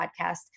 podcast